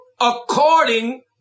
according